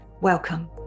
welcome